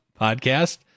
podcast